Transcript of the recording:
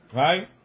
right